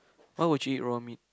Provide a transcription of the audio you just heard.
why would you eat raw meat